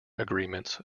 agreements